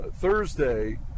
Thursday